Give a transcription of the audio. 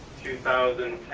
thousand